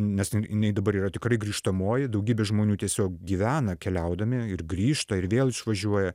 nes jinai dabar yra tikrai grįžtamoji daugybė žmonių tiesiog gyvena keliaudami ir grįžta ir vėl išvažiuoja